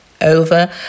over